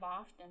often